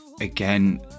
again